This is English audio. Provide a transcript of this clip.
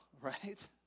right